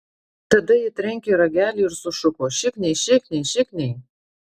tada ji trenkė ragelį ir sušuko šikniai šikniai šikniai